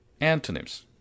Antonyms